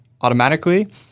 automatically